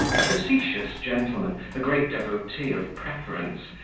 a facetious gentleman, a great devotee of preference,